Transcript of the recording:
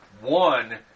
One